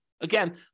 Again